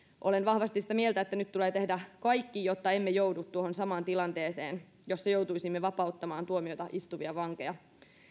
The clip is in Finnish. olen vahvasti sitä mieltä että nyt tulee tehdä kaikki jotta emme joudu tuohon samaan tilanteeseen jossa joutuisimme vapauttamaan tuomiota istuvia vankeja